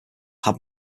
had